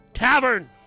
tavern